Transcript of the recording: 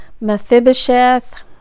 Mephibosheth